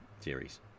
series